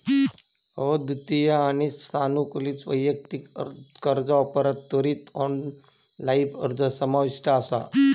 अद्वितीय आणि सानुकूलित वैयक्तिक कर्जा ऑफरात त्वरित ऑनलाइन अर्ज समाविष्ट असा